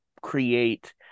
create